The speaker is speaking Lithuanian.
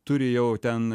turi jau ten